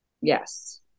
Yes